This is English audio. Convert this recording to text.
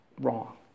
wrong